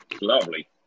Lovely